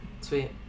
Sweet